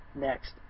next